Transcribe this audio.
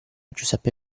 giuseppe